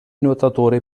nuotatore